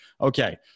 Okay